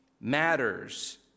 matters